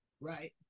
Right